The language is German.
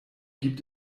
gibt